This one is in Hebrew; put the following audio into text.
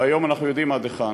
והיום אנחנו יודעים עד היכן,